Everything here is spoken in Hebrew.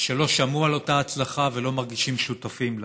שלא שמעו על אותה הצלחה ולא מרגישים שותפים לה.